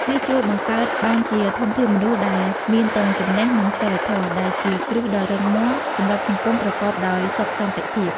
នេះជួយបង្កើតបានជាធនធានមនុស្សដែលមានទាំងចំណេះ និងសីលធម៌ ដែលជាគ្រឹះដ៏រឹងមាំសម្រាប់សង្គមប្រកបដោយសុខសន្តិភាព។